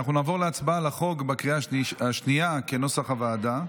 נעבור להצבעה על הצעת חוק בקריאה השנייה כנוסח הוועדה.